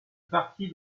parti